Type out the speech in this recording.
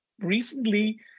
recently